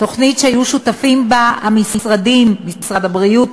תוכנית שהיו שותפים בה משרד הבריאות,